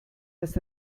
dass